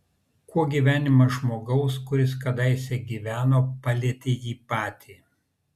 kuo gyvenimas žmogaus kuris kadaise gyveno palietė jį patį